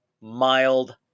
mild